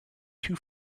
too